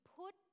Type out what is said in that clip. put